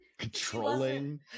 controlling